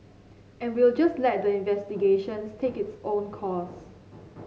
and we'll just let the investigations take its own course